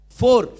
four